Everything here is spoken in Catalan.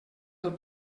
del